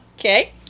Okay